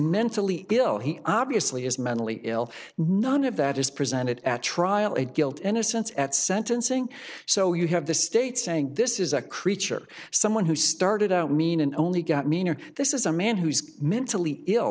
mentally ill he obviously is mentally ill none of that is presented at trial of guilt innocence at sentencing so you have the state saying this is a creature someone who started out mean and only got meaner this is a man who's mentally ill